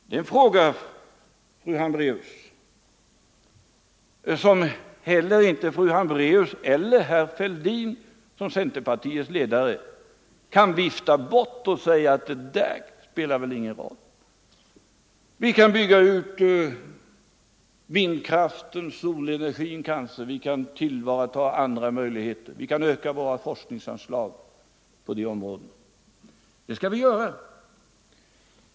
utlandet Det är en fråga som inte heller fru Hambraeus, eller herr Fälldin som centerpartiets ledare, kan vifta bort med hänvisning till att den inte spelar någon roll. Vi kan bygga ut vindkraften eller kanske solenergin och vi kan öka våra forskningsanslag på de områdena.